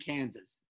Kansas